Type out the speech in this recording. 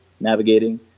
navigating